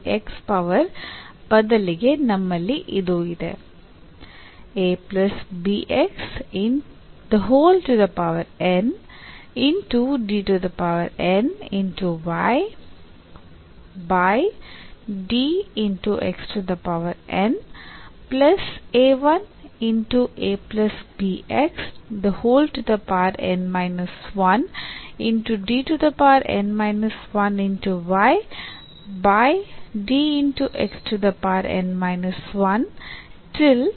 ಇಲ್ಲಿ x power ಬದಲಿಗೆ ನಮ್ಮಲ್ಲಿ ಇದು ಇದೆ